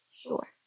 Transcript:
Sure